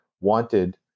wanted